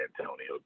Antonio